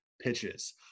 Pitches